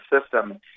system